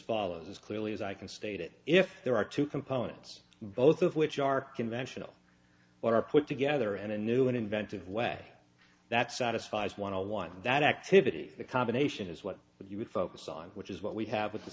follows as clearly as i can state it if there are two components both of which are conventional or are put together and a new and inventive way that satisfies one hundred one that activity the combination is what would you would focus on which is what we have with the